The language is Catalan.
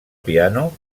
piano